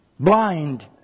Blind